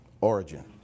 Origin